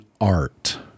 art